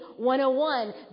101